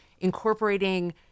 incorporating